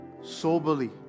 soberly